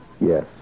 Yes